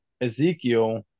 Ezekiel